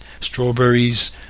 strawberries